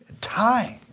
time